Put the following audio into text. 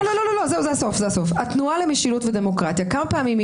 לא מזמן היה